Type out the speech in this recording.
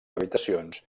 habitacions